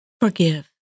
Forgive